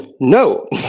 No